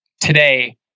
today